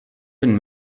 been